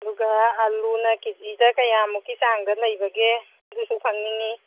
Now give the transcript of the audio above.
ꯑꯗꯨꯒ ꯑꯥꯂꯨꯅ ꯀꯦ ꯖꯤꯗ ꯀꯌꯥꯃꯨꯛꯀꯤ ꯆꯥꯡꯗ ꯂꯩꯕꯒꯦ ꯑꯗꯨꯁꯨ ꯈꯪꯅꯤꯡꯉꯤ